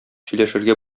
сөйләшергә